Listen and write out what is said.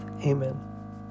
Amen